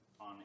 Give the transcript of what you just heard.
on